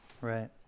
Right